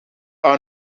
are